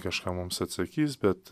kažką mums atsakys bet